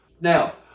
Now